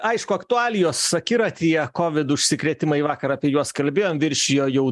aišku aktualijos akiratyje covid užsikrėtimai vakar apie juos kalbėjom viršijo jau